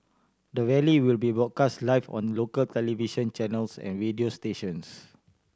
the rally will be broadcast live on local television channels and radio stations